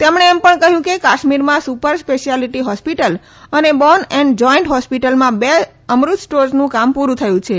તેમણે એમ પણ કહ્યું કે કાશ્મીરમાં સુપર સ્પેશિયાલીટી હોસ્પિટલ અને બોન એન્ડ જોઇન્ટ હોસ્પિટલમાં બે અમૃત સ્ટોર્સનું કામ પુરૂ થયું છે